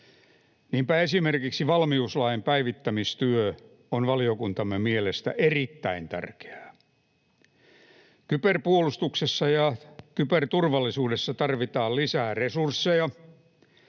Niinpä esimerkiksi valmiuslain päivittämistyö on valiokuntamme mielestä erittäin tärkeää. Kyberpuolustuksessa ja kyberturvallisuudessa tarvitaan lisää resursseja,